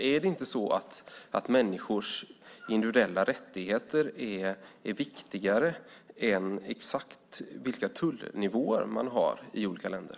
Är inte människors individuella rättigheter viktigare än exakt vilka tullnivåer man har i olika länder?